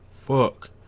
fuck